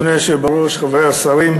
אדוני היושב בראש, חברי השרים,